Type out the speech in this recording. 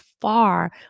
far